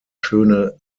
schöne